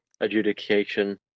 Adjudication